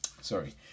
Sorry